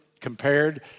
compared